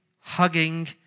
hugging